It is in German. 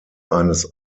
eines